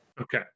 okay